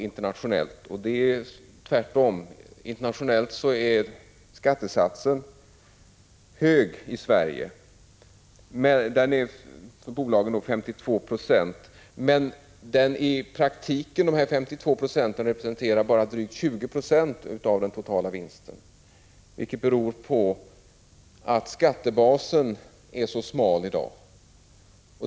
Men det är tvärtom så att skattesatsen internationellt sett är hög i Sverige. Den är för bolagen 52 96. I praktiken representerar emellertid dessa 52 90 bara drygt 20 I av den totala vinsten, vilket beror på att skattebasen är så smal i dag.